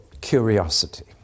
curiosity